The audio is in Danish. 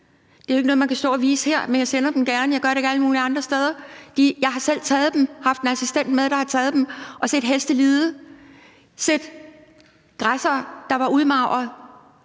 Det er jo ikke noget, man kan stå og vise her, men jeg sender dem gerne. Jeg gør det ikke alle mulige andre steder. Jeg har selv taget dem – haft en assistent med, der har taget dem – og set heste lide, set græssere, der var udmagrede.